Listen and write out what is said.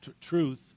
truth